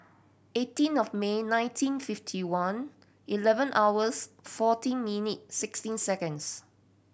eighteen of May nineteen fifty one eleven hours fourteen minute sixteen seconds